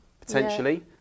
potentially